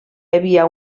havia